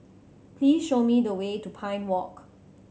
please show me the way to Pine Walk